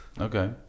Okay